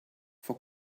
for